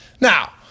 Now